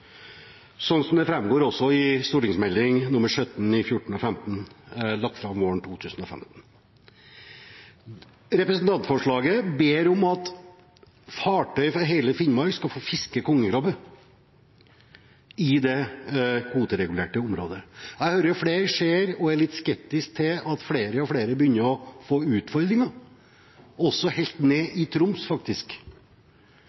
det også går fram av Meld. St. 17 for 2014–2015, som ble lagt fram våren 2015. Representantforslaget ber om at fartøy fra hele Finnmark skal få fiske kongekrabbe i det kvoteregulerte området. Jeg hører flere si og er litt skeptiske til at flere og flere begynner å få noen utfordringer – også helt ned